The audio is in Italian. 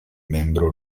membro